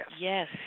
Yes